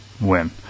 Win